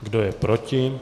Kdo je proti?